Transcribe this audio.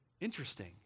Interesting